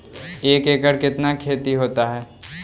एक एकड़ कितना खेति होता है?